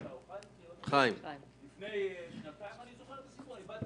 בעוד שלוש שנים ידבר בדיוק